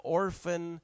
orphan